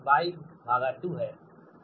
और Y12Y2 है